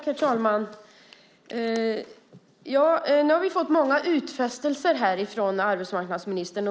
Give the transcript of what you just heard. Herr talman! Nu har vi fått många utfästelser här från arbetsmarknadsministern.